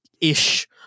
ish